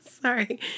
sorry